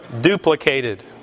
duplicated